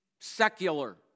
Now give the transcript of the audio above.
secular